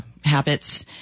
habits